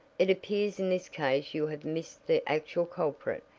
it appears in this case you have missed the actual culprit,